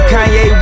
Kanye